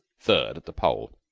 third at the pole.